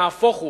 נהפוך הוא,